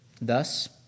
Thus